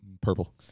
Purple